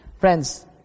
Friends